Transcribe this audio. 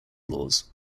laws